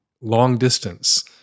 long-distance